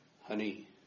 honey